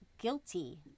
guilty